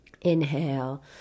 inhale